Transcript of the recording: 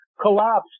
collapsed